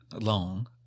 Long